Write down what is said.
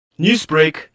Newsbreak